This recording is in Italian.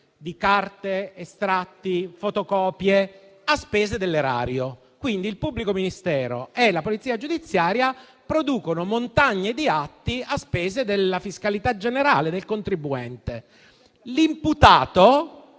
carte, estratti e fotocopie a spese dell'erario, quindi il pubblico ministero e la polizia giudiziaria producono montagne di atti a spese della fiscalità generale, del contribuente. L'imputato,